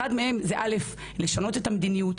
אחד מהם זה, א', לשנות את המדיניות.